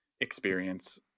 experience